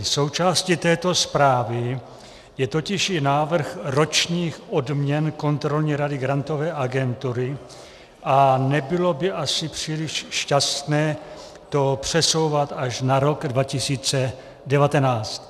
Součástí této zprávy je totiž i návrh ročních odměn kontrolní rady Grantové agentury a nebylo by asi příliš šťastné to přesouvat až na rok 2019.